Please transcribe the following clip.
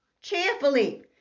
cheerfully